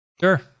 Sure